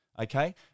Okay